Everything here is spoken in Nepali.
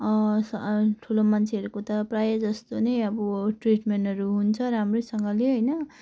स ठुलो मन्छेहरूको त प्रायः जस्तो नै अब ट्रिट्मेन्टहरू हुन्छ राम्रैसँगले होइन